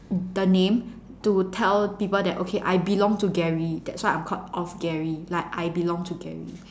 the name to tell people that okay I belong to Gary that's why I'm called of Gary like I belong to Gary